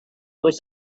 was